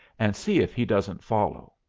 and see if he doesn't follow.